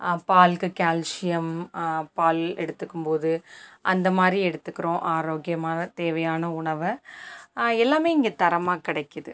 பால்க்கு calcium பால் எடுத்துக்கும் போது அந்த மாதிரி எடுத்துகிறோம் ஆரோக்கியமான தேவையான உணவை எல்லாமே இங்கே தரமாக கிடைக்குது